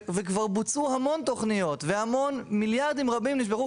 וכבר בוצעו המון תוכניות ומיליארדים רבים נשפכו